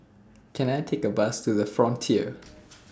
Can I Take A Bus to The Frontier